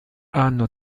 hanno